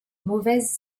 mauvaise